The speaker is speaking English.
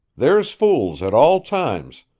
there's fools at all times,